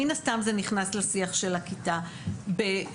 מן הסתם זה נכנס לשיח של הכיתה בשיעור,